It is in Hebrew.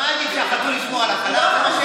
מה ניקח, שהחתול ישמור על החלב?